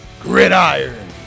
gridiron